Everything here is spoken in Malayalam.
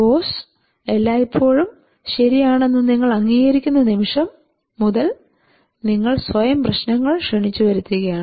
ബോസ് എല്ലായ്പോഴും ശരിയാണ് എന്ന് നിങ്ങൾ അംഗീകരിക്കുന്ന നിമിഷം മുതൽ നിങ്ങൾ സ്വയം പ്രശ്നങ്ങളെ ക്ഷണിച്ചു വരുത്തുകയാണ്